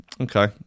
Okay